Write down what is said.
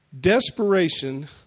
Desperation